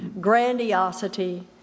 grandiosity